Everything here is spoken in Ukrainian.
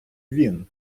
він